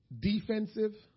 defensive